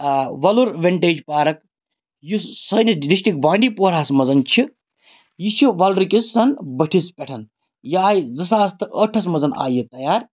Wular vantage park یُس سٲنِس district بانڈی پوراہَس منٛز چھِ یہِ چھِ وَلرٕکِس بٔٹھِس پٮ۪ٹھ یہِ آیہِ زٕ ساس تہٕ ٲٹھَس منٛز آیہِ یہِ تَیار